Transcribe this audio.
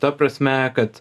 ta prasme kad